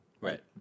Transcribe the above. right